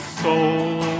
soul